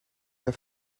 the